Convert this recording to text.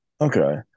Okay